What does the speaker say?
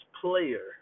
player